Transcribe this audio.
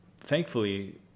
Thankfully